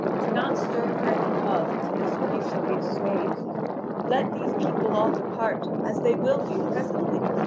do not stir for any cause until this grief shall be assuaged let these people all depart, as they will do presently.